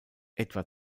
etwa